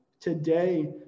today